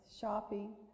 shopping